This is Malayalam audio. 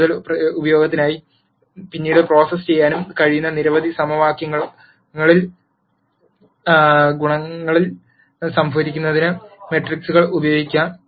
കൂടുതൽ ഉപയോഗത്തിനായി പിന്നീട് പ്രോസസ്സ് ചെയ്യാൻ കഴിയുന്ന നിരവധി സമവാക്യങ്ങളിൽ ഗുണകങ്ങൾ സംഭരിക്കുന്നതിനും മെട്രിക്കുകൾ ഉപയോഗിക്കാം